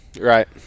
right